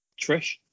Trish